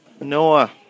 Noah